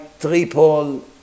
triple